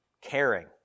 caring